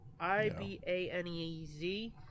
I-B-A-N-E-Z